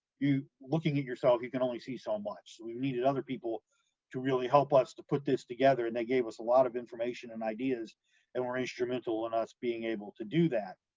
you, looking at yourself, you can only see so much, so we needed other people to really help us to put this together and they gave us a lot of information and ideas and were instrumental in us being able to do that.